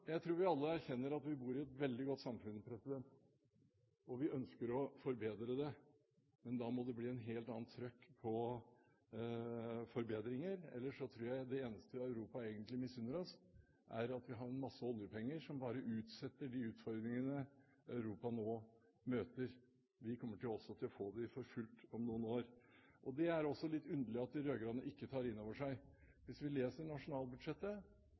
Jeg tror vi alle erkjenner at vi bor i et veldig godt samfunn. Vi ønsker å forbedre det, men da må det bli en helt annen trøkk på forbedringene. Ellers tror jeg det eneste Europa misunner oss, at vi har masse oljepenger, bare utsetter de utfordringene Europa nå møter. Vi kommer også til å få de for fullt om noen år. Det er det også litt underlig at de rød-grønne ikke tar inn over seg. Hvis vi leser nasjonalbudsjettet,